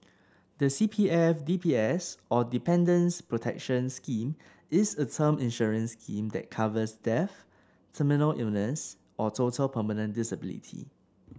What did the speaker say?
the C P F D P S or Dependants' Protection Scheme is a term insurance scheme that covers death terminal illness or total permanent disability